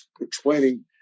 explaining